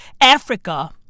Africa